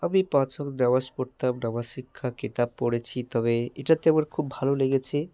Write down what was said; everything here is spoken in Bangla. আমি পাঁচ ওয়াক্ত নামাজ পড়তাম নামাজ শিক্ষা কেতাব পড়েছি তবে এটাতে আমার খুব ভালো লেগেছে